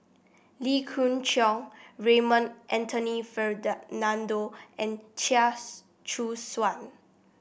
Lee Khoon Choy Raymond Anthony and Chia Choo Suan